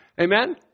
Amen